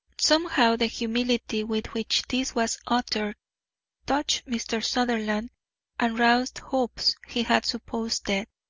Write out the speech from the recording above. somehow the humility with which this was uttered touched mr. sutherland and roused hopes he had supposed dead.